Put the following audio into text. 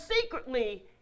secretly